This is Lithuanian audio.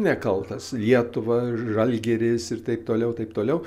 nekaltas lietuva žalgiris ir taip toliau taip toliau